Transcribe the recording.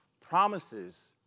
promises